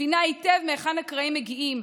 מבינה היטב מהיכן הקרעים מגיעים,